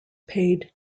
paid